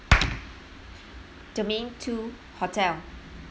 domain two hotel